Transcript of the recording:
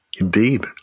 Indeed